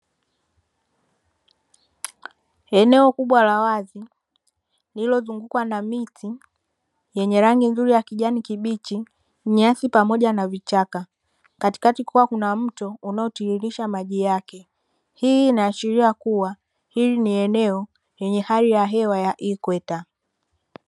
Eneo kubwa la wazi lililozungukwa na miti yenye rangi nzuri ya kijani kibichi, nyasi pamoja na vichaka katikati kukiwa kuna mto unaotiririsha maji yake. Hii inaashiria kuwa hili ni eneo lenye hali ya hewa ya ikweta.